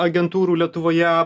agentūrų lietuvoje